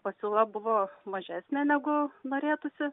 pasiūla buvo mažesnė negu norėtųsi